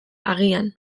agian